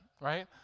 right